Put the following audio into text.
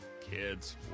Kids